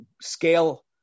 scale